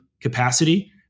capacity